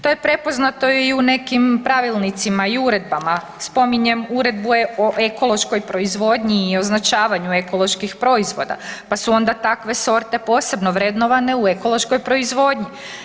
To je prepoznato i u nekim pravilnicima i uredbama, spominjem uredbu o ekološkoj proizvodnji i označavanju ekoloških proizvoda pa su onda takve sorte posebno vrednovane u ekološkoj proizvodnji.